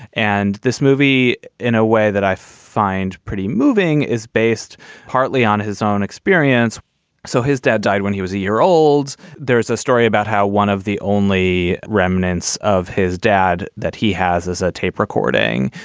and this movie in a way that i find pretty moving is based partly on his own experience so his dad died when he was a year old. there's a story about how one of the only remnants of his dad that he has is a tape recording.